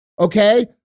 okay